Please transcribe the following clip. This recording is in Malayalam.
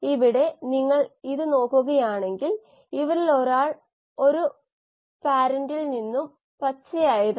എല്ലാ പ്രകാശസംശ്ലേഷണത്തിന്റെയും ഉറവിടം നമുക്കുണ്ടായിരിക്കാം ഒന്നെകിൽ പരിഗണിക്കാം അല്ലെങ്കിൽ പരിഗണിക്കില്ലെന്ന് നമുക്കറിയാം